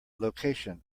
location